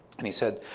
and he said,